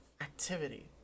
activity